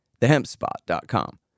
thehempspot.com